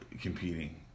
competing